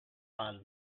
are